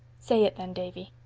say it then, davy.